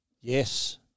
Yes